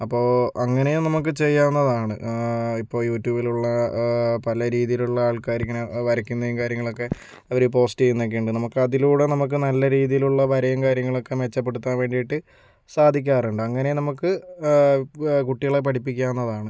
അപ്പോൾ അങ്ങനെയും നമുക്ക് ചെയ്യാവുന്നതാണ് ഇപ്പോൾ യൂട്യൂബിലുള്ള പല രീതിയിലുള്ള ആൾക്കാര് ഇങ്ങനെ വരയ്ക്കുന്നതും കാര്യങ്ങളൊക്കെ അവർ പോസ്റ്റ് ചെയ്യുന്നൊക്കെയുണ്ട് നമുക്ക് അതിലൂടെ നമുക്ക് നല്ല രീതിയിലുള്ള വരയും കാര്യങ്ങളൊക്കെ മെച്ചപ്പെടുത്താൻ വേണ്ടിയിട്ട് സാധിക്കാറുണ്ട് അങ്ങനെ നമുക്ക് കുട്ടികളെ പഠിപ്പിക്കാവുന്നതാണ്